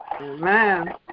Amen